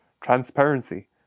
Transparency